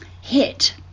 hit